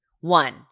one